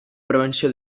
prevenció